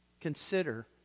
Consider